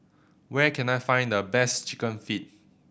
where can I find the best Chicken Feet